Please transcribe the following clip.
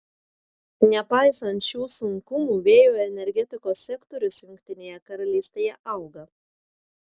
nepaisant šių sunkumų vėjo energetikos sektorius jungtinėje karalystėje auga